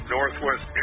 Northwest